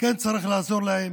כן צריך לעזור להם.